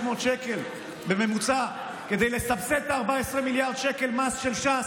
שקל בממוצע כדי לסבסד את ה-14 מיליארד שקל מס של ש"ס,